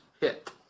hit